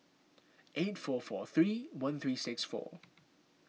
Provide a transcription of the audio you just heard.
eight four four three one three six four